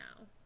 now